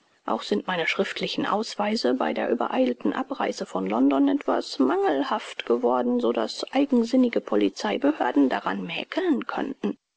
auch sind meine schriftlichen ausweise bei der übereilten abreise von london etwas mangelhaft geworden so daß eigensinnige polizeibehörden daran mäkeln könnten